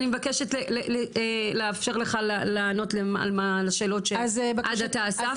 אני מבקשת לאפשר לך לענות על השאלות שעד עתה אספנו.